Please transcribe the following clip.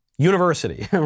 University